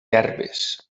herbes